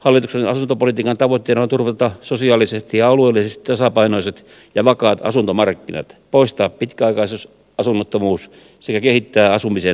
hallituksen asuntopolitiikan tavoitteena on turvata sosiaalisesti ja alueellisesti tasapainoiset ja vakaat asuntomarkkinat poistaa pitkäaikaisasunnottomuus sekä kehittää asumisen laatua